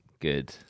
good